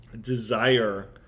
desire